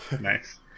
Nice